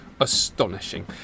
astonishing